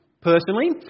personally